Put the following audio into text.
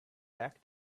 back